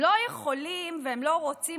הם לא יכולים והם לא רוצים,